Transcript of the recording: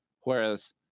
whereas